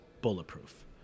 bulletproof